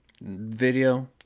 Video